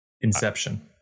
inception